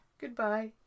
Goodbye